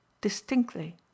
distinctly